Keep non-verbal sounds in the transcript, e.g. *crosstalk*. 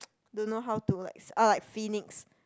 *noise* don't know how to like like um like phoenix